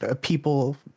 people